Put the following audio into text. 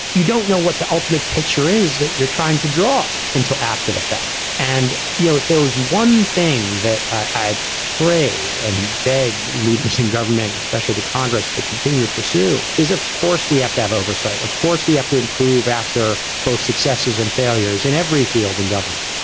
you don't know what the ultimate picture is that you're trying to draw until after the fact. and you know, if there was one thing that i pray and beg leaders in government, especially the congress, to continue to pursue, is, of course, we have to have oversight, of course, we have to improve after both successes and failures in every field in government.